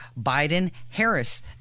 Biden-Harris